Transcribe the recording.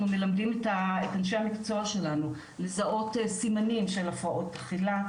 אנחנו מלמדים את אנשי המקצוע שלנו לזהות סימנים של הפרעות אכילה,